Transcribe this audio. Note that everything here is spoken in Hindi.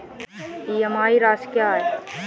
ई.एम.आई राशि क्या है?